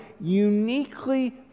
uniquely